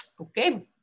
Okay